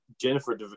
Jennifer